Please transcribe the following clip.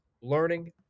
learning